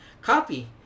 copy